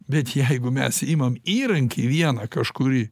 bet jeigu mes imam įrankį vieną kažkurį